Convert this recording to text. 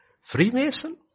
Freemason